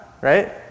Right